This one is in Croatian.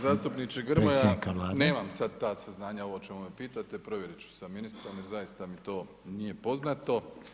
Zastupniče Grmoja, nemam sada ta saznanja ovo o čemu me pitate, provjerit ću sa ministrom jer zaista mi to nije poznato.